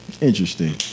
Interesting